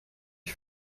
ich